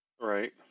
Right